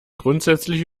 grundsätzlich